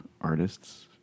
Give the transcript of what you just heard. artists